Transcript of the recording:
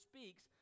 speaks